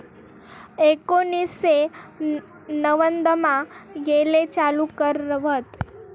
एकोनिससे नव्वदमा येले चालू कर व्हत